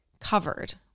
covered